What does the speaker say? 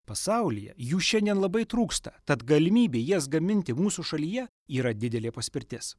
pasaulyje jų šiandien labai trūksta tad galimybė jas gaminti mūsų šalyje yra didelė paspirtis